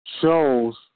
shows